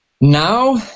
Now